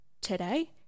today